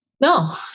No